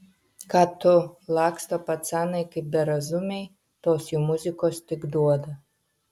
ką tu laksto pacanai kaip berazumiai tos jų muzikos tik duoda